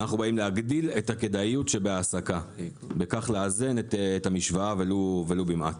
אנחנו באים להגדיל את הכדאיות שבהעסקה ובכך לאזן את המשוואה ולו במעט.